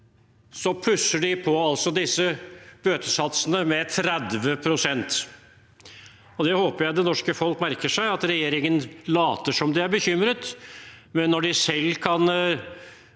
de plusser på disse bøtesatsene med 30 pst. Jeg håper det norske folk merker seg at regjeringen later som de er bekymret, men når de selv kan